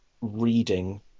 reading